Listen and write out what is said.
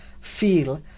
feel